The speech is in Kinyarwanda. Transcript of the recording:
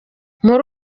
muri